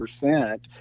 percent